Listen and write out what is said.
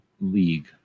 League